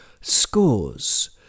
scores